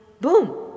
boom